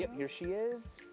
um here she is.